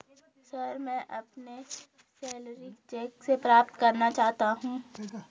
sir, मैं अपनी salary cheque से प्राप्त करना चाहता हूं